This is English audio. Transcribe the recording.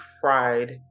fried